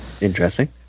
Interesting